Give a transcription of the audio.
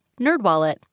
NerdWallet